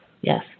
Yes